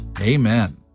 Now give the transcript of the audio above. Amen